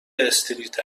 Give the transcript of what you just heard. استریت